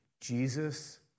Jesus